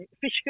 fish